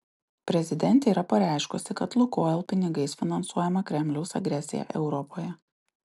prezidentė yra pareiškusi kad lukoil pinigais finansuojama kremliaus agresija europoje